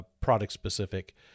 product-specific